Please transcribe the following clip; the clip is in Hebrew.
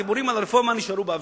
הדיבורים על הרפורמה נשארו באוויר.